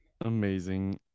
amazing